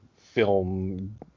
film